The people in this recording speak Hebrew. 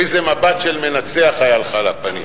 איזה מבט של מנצח היה לך על הפנים.